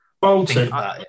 Bolton